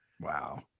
Wow